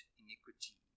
iniquity